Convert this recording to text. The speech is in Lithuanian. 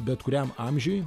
bet kuriam amžiui